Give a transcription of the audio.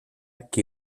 que